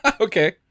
Okay